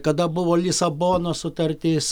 kada buvo lisabonos sutartis